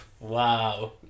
Wow